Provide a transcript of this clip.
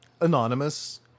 anonymous